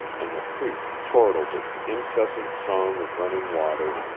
and the creek chortled its incessant song of running water,